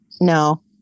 no